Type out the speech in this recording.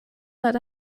hat